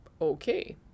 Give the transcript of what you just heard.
Okay